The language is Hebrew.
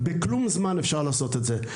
בכלום זמן אפשר לעשות את זה,